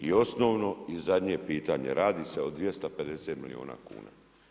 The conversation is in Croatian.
I osnovno i zadnje pitanje, radi se o 250 milijuna kuna.